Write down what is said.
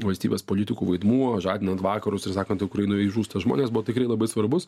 valstybės politikų vaidmuo žadinant vakarus ir sakant ukrainoj žūsta žmonės buvo tikrai labai svarbus